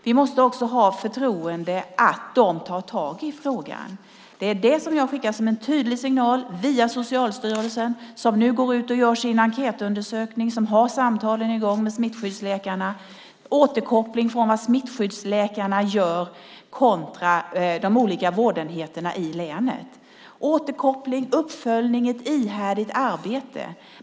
Vi måste också ha förtroende för att de tar tag i frågan. Detta skickar jag som en tydlig signal via Socialstyrelsen, som nu gör sin enkätundersökning och har samtal i gång med smittskyddsläkarna. Man får en återkoppling om vad smittskyddsläkarna gör visavi de olika vårdenheterna i länet. Det handlar om återkoppling och uppföljning - ett ihärdigt arbete.